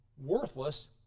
worthless